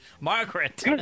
Margaret